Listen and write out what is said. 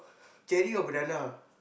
cherry or banana